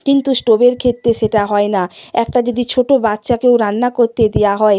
কিন্তু স্টোভের ক্ষেত্রে সেটা হয় না একটা যদি ছোটো বাচ্চাকেও রান্না করতে দেওয়া হয়